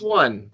one